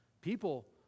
People